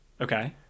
okay